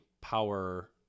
power